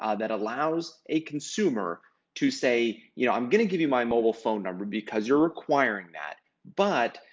ah that allows a consumer to say, you know, i'm going to give you my mobile phone number because you're requiring that, but,